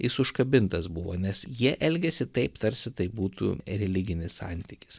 jis užkabintas buvo nes jie elgėsi taip tarsi tai būtų religinis santykis